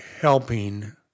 helping